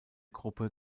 gruppe